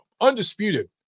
undisputed